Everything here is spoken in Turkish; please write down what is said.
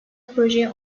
projeyi